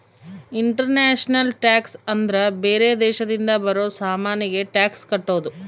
international tax ಅಂದ್ರ ಬೇರೆ ದೇಶದಿಂದ ಬರೋ ಸಾಮಾನಿಗೆ ಟ್ಯಾಕ್ಸ್ ಕಟ್ಟೋದು